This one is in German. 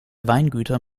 weingüter